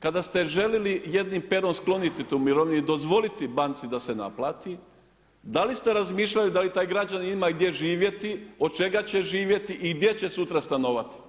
Kada ste željeli jednim perom skloniti tu mirovinu i dozvoliti banci da se naplati, da li ste razmišljali da li taj građanin ima gdje živjeti, od čega će živjeti i gdje će sutra stanovat?